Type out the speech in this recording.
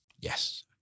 yes